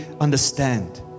understand